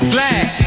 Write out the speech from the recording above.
Flag